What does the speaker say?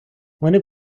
вони